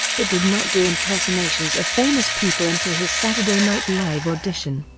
but did not do impersonations of famous people until his saturday night live audition.